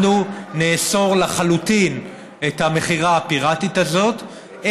אנחנו נאסור לחלוטין את המכירה הפיראטית הזאת,